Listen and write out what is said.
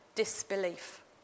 disbelief